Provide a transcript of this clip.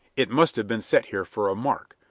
it must have been set here for a mark,